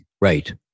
Right